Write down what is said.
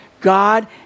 God